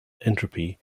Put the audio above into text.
entropy